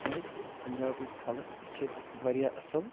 کیٛازِ پنٛجابٕکۍ خلق تہِ چھِ وارِیاہ اَصٕل